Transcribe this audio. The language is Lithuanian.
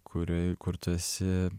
kurioj kur tu esi